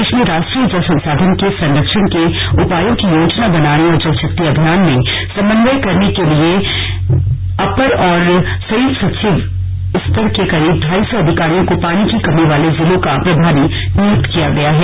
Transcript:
देश में राष्ट्रीय जल संसाधन के सरंक्षण के उपायों की योजना बनाने और जल शक्ति अभियान में समन्वय करने के लिए के लिए अपर और संयुक्त सचिव स्तर के करीब ढाई सौ अधिकारियों को पानी की कमी वाले जिलों का प्रभारी नियुक्त किया गया है